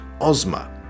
Ozma